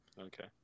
Okay